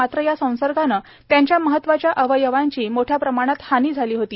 मात्र या संसर्गानं त्यांच्या महत्त्वाच्या अवयवांची मोठ्या प्रमाणात हानी झाली होती